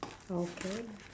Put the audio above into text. okay